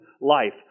life